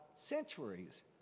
centuries